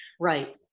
Right